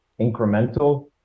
incremental